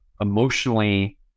emotionally